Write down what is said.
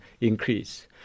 increase